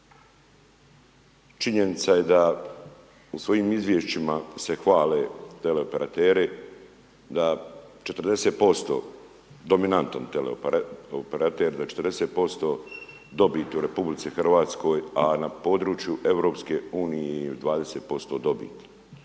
Činjenica je da u svojim izvješćima se hvale teleoperateri, da 40% dominanti teleoperatera da 40% dobit u RH a na području EU 20% dobiti,